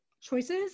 choices